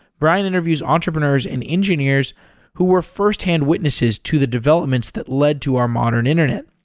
brian interviews entrepreneurs and engineers who were firsthand witnesses to the developments that led to our modern internet.